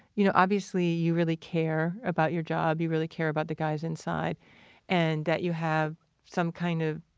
you know obviously you really care about your job, you really care about the guys inside and that you have some kind of,